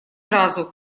сразу